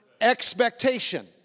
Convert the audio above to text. expectation